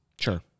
sure